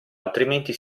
altrimenti